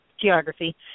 Geography